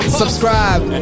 subscribe